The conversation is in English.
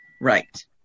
right